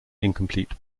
incomplete